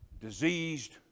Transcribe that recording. diseased